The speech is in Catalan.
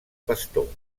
pastor